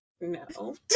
no